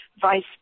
vice